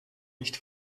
nicht